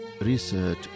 research